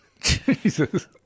Jesus